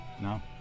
No